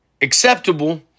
acceptable